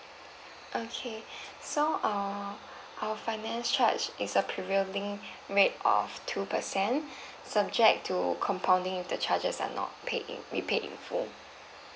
okay so err our finance charge is a prevailing rate of two percent subject to compounding if the charges are not paid in repaid in full